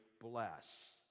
bless